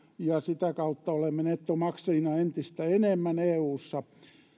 ja sitä kautta olemme nettomaksajina entistä enemmän eussa